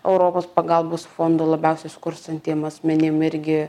europos pagalbos fondo labiausiai skurstantiem asmenim irgi